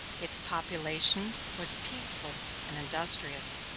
its population was peaceful and industrious.